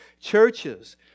churches